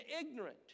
ignorant